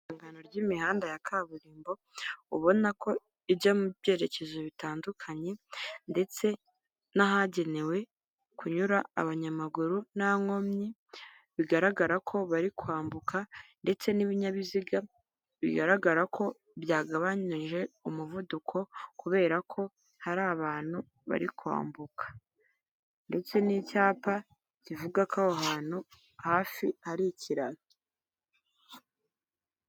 Ihangano ry’imihanda ya kaburimbo ubona ko ijya mu byerekezo bitandukanye, ndetse n’ahagenewe kunyura abanyamaguru nta nkomyi bigaragara ko bari kwambuka. Ndetse n’ibinyabiziga bigaragara ko byagabanyije umuvuduko kubera ko hari abantu bari kwambuka, ndetse n’icyapa kivuga ko aho hantu hafi ari ikiraro.